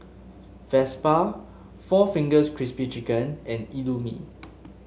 Vespa Four Fingers Crispy Chicken and Indomie